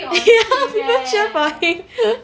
people cheer for him